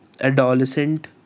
adolescent